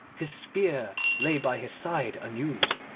his spear lay by his side unused,